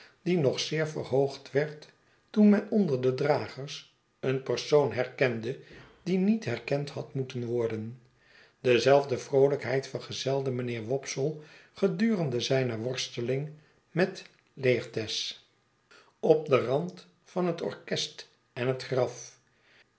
die nog zeer verhoogd werd toen men onder de dragers een persoon herkende die niet herkend had moeten worden dezelfde vroolijkheid vergezelde mynheer wopsle gedurendezijne worsteling met laertes op den rand van het orchest en het graf